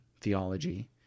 theology